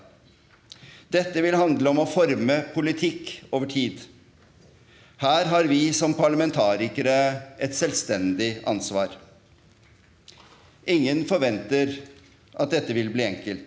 Dette vil handle om å forme politikk over tid. Her har vi som parlamentarikere et selvstendig ansvar. Ingen forventer at dette vil bli enkelt.